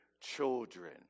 children